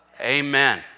Amen